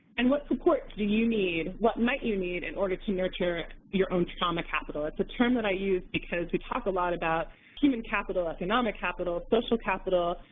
and what supports do you need, what might you need, in order to nurture your own trauma capital? it's a term that i use because we talk a lot about human capital, economic capital, social capital,